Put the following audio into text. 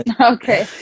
okay